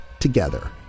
together